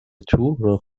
تو، راه